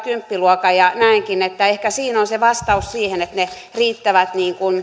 kymppiluokan näenkin että ehkä siinä on se vastaus siihen että ne riittävät